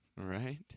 Right